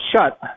shut